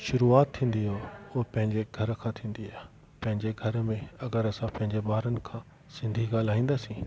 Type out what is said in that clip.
शुरूआत थींदी आहे उहो पंहिंजे घर खां थींदी आहे पैंजे घर में अगरि असां पंहिंजे ॿारनि खां सिंधी ॻाल्हाईंदासीं